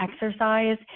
exercise